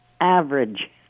average